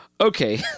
Okay